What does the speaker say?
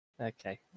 Okay